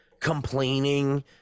complaining